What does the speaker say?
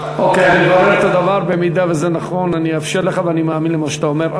נכון אאפשר לך, ואני מאמין למה שאתה אומר.